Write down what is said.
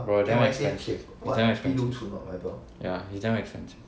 bro damn expensive it's damn expensive ya it's damn expensive